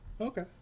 Okay